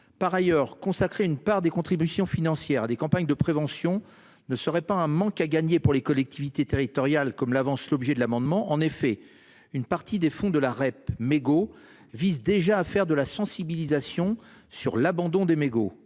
par ailleurs consacrer une part des contributions financières des campagnes de prévention ne serait pas un manque à gagner pour les collectivités territoriales comme l'avance l'objet de l'amendement en effet une partie des fonds de la Rep mégots vice-déjà à faire de la sensibilisation sur l'abandon des mégots.